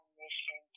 mission